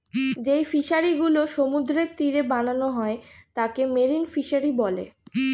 যেই ফিশারি গুলো সমুদ্রের তীরে বানানো হয় তাকে মেরিন ফিসারী বলে